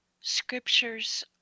scriptures